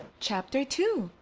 chapter two